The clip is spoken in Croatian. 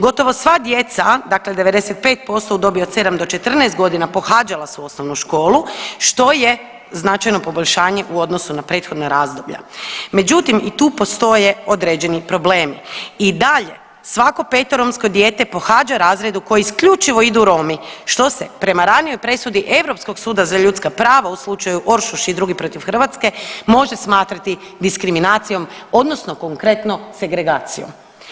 Gotovo sva djeca dakle 95% u dobi od 7 do 14 godina pohađala su osnovnu školu što je značajno poboljšanje u odnosu na prethodna razdoblja, međutim i tu postoje određeni problemi i dalje svako peto romsko dijete pohađa razred u koji isključivo idu Romi što se prema ranijoj presudi Europskog suda za ljudska prava u slučaju Oršoš i drugi protiv Hrvatske može smatrati diskriminacijom odnosno konkretno segregacijom.